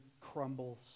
crumbles